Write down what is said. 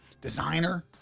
designer